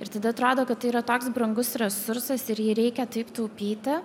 ir tada atrodo kad tai yra toks brangus resursas ir jį reikia taip taupyti